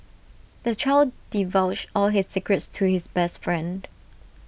the child divulged all his secrets to his best friend